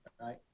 right